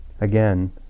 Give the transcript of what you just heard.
Again